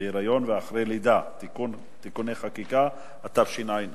בהיריון ואחרי לידה (תיקוני חקיקה), התשע"א